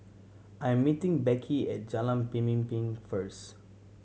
I am meeting Beckie at Jalan Pemimpin first